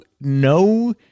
no